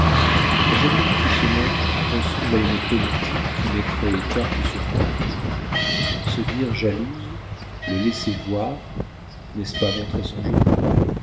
la jalousie qui se montre ressemble à une politique qui mettrait cartes sur table se dire jalouse le laisser voir n'est-ce pas montrer son jeu